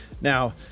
now